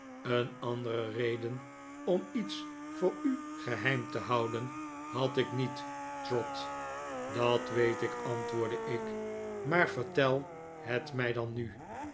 een andere reden om iets voor u geheim te houden had ik niet trot dat weet ik antwoordde ik maar vertel het mij dan nu